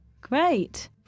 Great